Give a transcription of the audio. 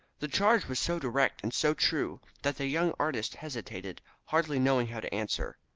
the charge was so direct and so true that the young artist hesitated, hardly knowing how to answer.